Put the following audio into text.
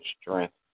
strength